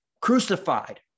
crucified